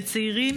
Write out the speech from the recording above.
צעירים,